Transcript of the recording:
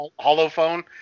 Holophone